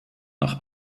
nach